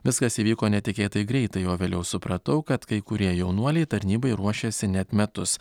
viskas įvyko netikėtai greitai o vėliau supratau kad kai kurie jaunuoliai tarnybai ruošėsi net metus